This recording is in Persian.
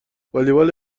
والیبال